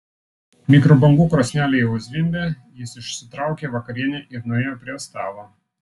mikrobangų krosnelė jau zvimbė jis išsitraukė vakarienę ir nuėjo prie stalo